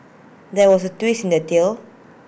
there was A twist in the tale